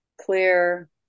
clear